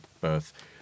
birth